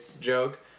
joke